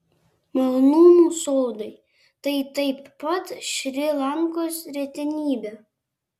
malonumų sodai tai taip pat šri lankos retenybė